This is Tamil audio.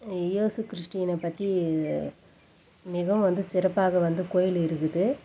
ஏசு கிறிஸ்டினை பற்றி மிகவும் வந்து சிறப்பாக வந்து கோயில் இருக்குது